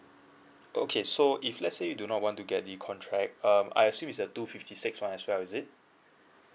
okay so if let's say you do not want to get the contract um I assume is a two fifty six one as well is it